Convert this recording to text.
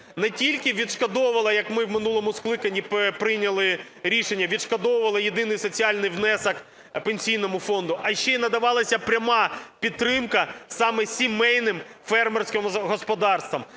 не тільки відшкодовувала, як ми в минулому скликанні прийняли рішення відшкодовувати єдиний соціальний внесок Пенсійному фонду, а й ще надавалася пряма підтримка саме сімейним фермерським господарствам.